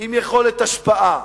עם יכולת השפעה.